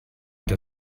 der